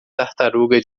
tartaruga